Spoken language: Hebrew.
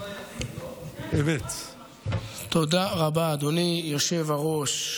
תודה רבה, אדוני היושב-ראש.